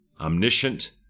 Omniscient